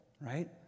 right